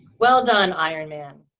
well done ironman.